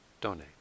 donate